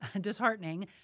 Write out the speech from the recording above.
disheartening